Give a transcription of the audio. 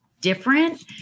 different